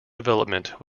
development